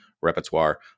repertoire